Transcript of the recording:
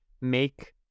make